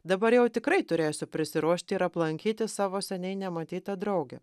dabar jau tikrai turėsiu prisiruošti ir aplankyti savo seniai nematytą draugę